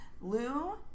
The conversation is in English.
Lou